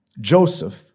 Joseph